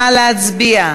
נא להצביע.